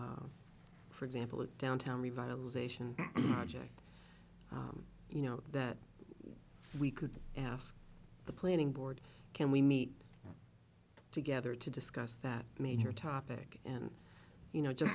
e for example in downtown revitalization object you know that we could ask the planning board can we meet together to discuss that major topic and you know just